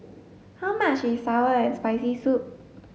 how much is sour and spicy soup